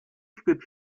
spielt